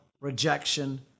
rejection